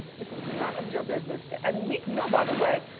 this is none of your business. and meek mill, by the way,